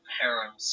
harem